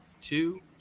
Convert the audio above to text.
two